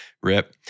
Rip